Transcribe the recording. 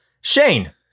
Shane